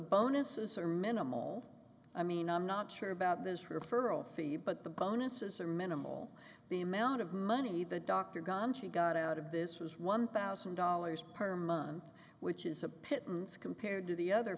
bonuses are minimal i mean i'm not sure about this referral fee but the bonuses are minimal the amount of money the doctor gunshy got out of this was one thousand dollars per month which is a pittance compared to the other